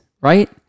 right